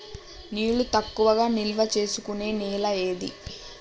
నీళ్లు ఎక్కువగా నిల్వ చేసుకునే నేల ఏది?